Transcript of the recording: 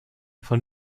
von